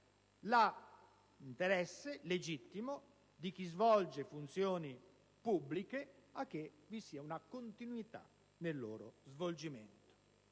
l'interesse legittimo di chi ha funzioni pubbliche a che vi sia una continuità nel loro svolgimento.